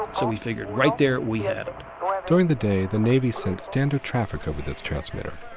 so we figured, right there, we have it during the day, the navy sent standard traffic over this transmitter.